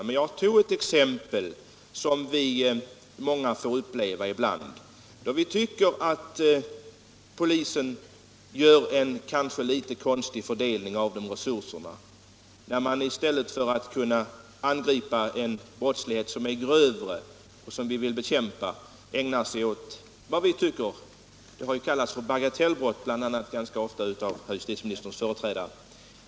Men jag tog ett exempel som många av oss får uppleva ibland, då vi tycker att polisen gör en kanske litet konstig fördelning av resurserna, när man i stället för att angripa den grövre brottslighet, som vi vill bekämpa, ägnar sig åt vad som har kallats för bagatellbrott, bl.a. ganska ofta av herr justitieministerns företrädare.